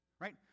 right